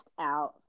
out